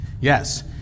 Yes